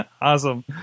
awesome